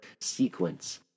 sequence